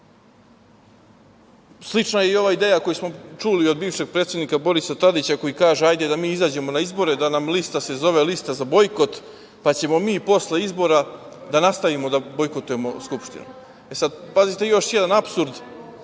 je i ova ideja koju smo čuli od bivšeg predsednika Borisa Tadića, koji kaže – hajde da mi izađemo na izbore, da nam se lista zove „Lista za bojkot“, pa ćemo mi posle izbora da nastavimo da bojkotujemo Skupštinu. Sad, pazite još jedan apsurd.